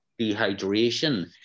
dehydration